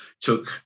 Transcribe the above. Took